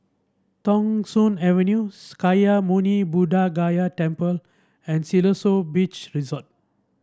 Thong Soon Avenue Sakya Muni Buddha Gaya Temple and Siloso Beach Resort